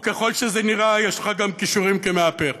וככל שזה נראה, יש לך גם כישורים כמאפר.